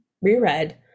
reread